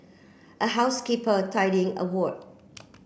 a housekeeper tidying a ward